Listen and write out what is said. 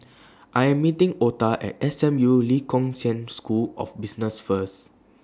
I Am meeting Ota At S M U Lee Kong Chian School of Business First